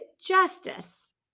justice